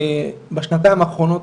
בשנתיים האחרונות,